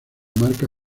marca